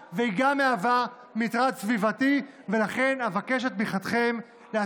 והיא באה בעצם לקצר את משך הזמן שמאפשר